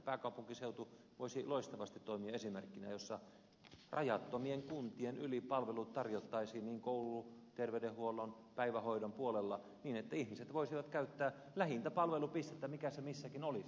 pääkaupunkiseutu voisi loistavasti toimia esimerkkinä jossa rajattomien kuntien yli palvelut tarjottaisiin koulun terveydenhuollon ja päivähoidon puolella niin että ihmiset voisivat käyttää lähintä palvelupistettä mikä se missäkin olisi